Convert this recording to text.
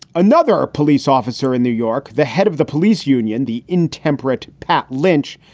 another police officer in new york, the head of the police union, the intemperate pat lynch,